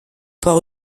par